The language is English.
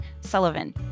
Sullivan